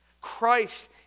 Christ